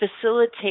facilitate